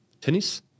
tennis